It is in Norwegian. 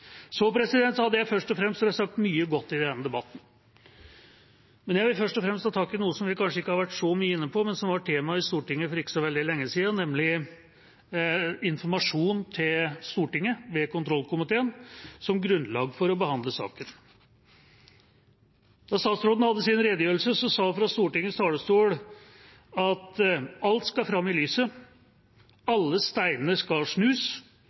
Det er sagt mye godt i denne debatten. Jeg vil først og fremst ta tak i noe som vi kanskje ikke har vært så mye inne på, men som var tema i Stortinget for ikke lenge siden, nemlig informasjonen til Stortinget ved kontrollkomiteen som grunnlag for å behandle saken. Da den tidligere statsråden holdt sin redegjørelse, sa hun fra Stortingets talerstol: «Alt skal fram i lyset. Alle steiner skal snus.